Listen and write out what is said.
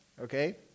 okay